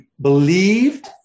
believed